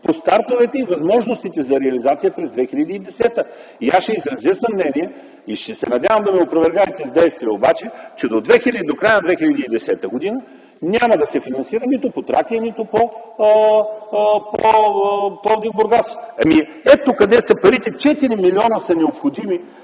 по стартовете и възможностите за реализация през 2010 г. И аз ще изразя съмнение и се надявам да ме опровергаете с действия, че до края на 2010 г. няма да се финансира нито по „Тракия”, нито по Пловдив – Бургас. Ето къде са парите. Необходими